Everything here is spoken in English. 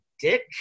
dick